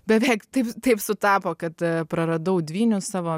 beveik taip taip sutapo kad praradau dvynius savo